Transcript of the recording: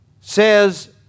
Says